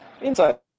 inside